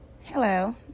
Hello